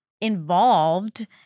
involved